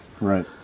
Right